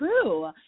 true